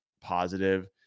positive